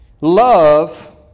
Love